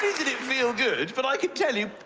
did it feel good, but i can tell you,